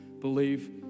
believe